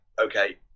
okay